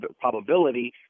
probability